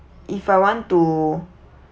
if I want to